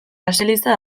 baseliza